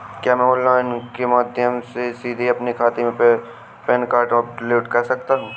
क्या मैं ऑनलाइन के माध्यम से सीधे अपने खाते में पैन कार्ड अपलोड कर सकता हूँ?